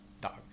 Dogs